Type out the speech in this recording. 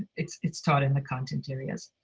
it's it's taught in the content areas.